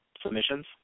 submissions